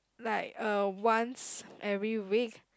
like uh once every week